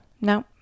No